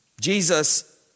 Jesus